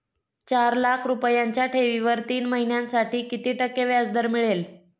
चार लाख रुपयांच्या ठेवीवर तीन महिन्यांसाठी किती टक्के व्याजदर मिळेल?